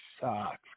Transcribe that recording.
sucks